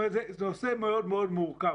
זה נושא מאוד מאוד מורכב.